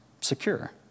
secure